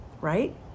right